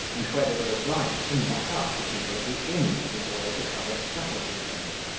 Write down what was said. and where they were obliged to knock up the people of the inn, before they could have their supper prepared.